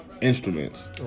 instruments